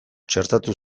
txertatu